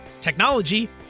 technology